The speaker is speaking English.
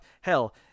hell